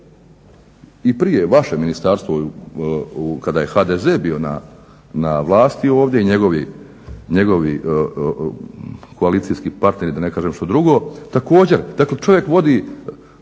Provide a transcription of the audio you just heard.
I prije vaše ministarstvo kada je HDZ bio na vlasti ovdje i njegovi koalicijski partneri, da ne kažem što drugo, također. Dakle čovjek vodi